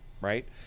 right